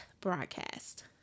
broadcast